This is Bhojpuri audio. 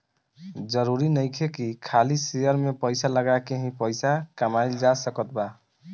जरुरी नइखे की खाली शेयर में पइसा लगा के ही पइसा कमाइल जा सकत बा